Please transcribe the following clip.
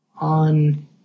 on